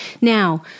Now